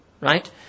Right